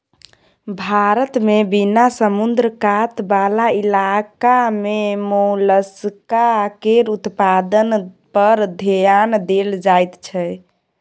भारत मे बिना समुद्र कात बला इलाका मे मोलस्का केर उत्पादन पर धेआन देल जाइत छै